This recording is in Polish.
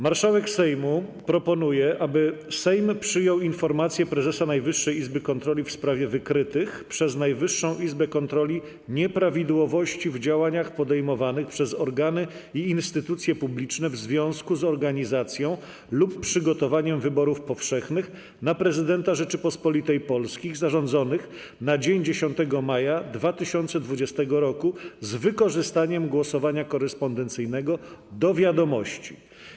Marszałek Sejmu proponuje, aby Sejm przyjął informację Prezesa Najwyższej Izby Kontroli w sprawie wykrytych przez Najwyższą Izbę Kontroli nieprawidłowości w działaniach podejmowanych przez organy i instytucje publiczne w związku z organizacją lub przygotowaniem wyborów powszechnych na Prezydenta Rzeczypospolitej Polskiej zarządzonych na dzień 10 maja 2020 r. z wykorzystaniem głosowania korespondencyjnego - do wiadomości.